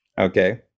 Okay